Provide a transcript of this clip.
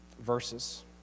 verses